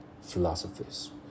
philosophies